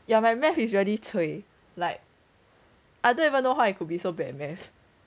ya my math is really cui like I don't even know how you could be so bad at math